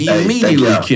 Immediately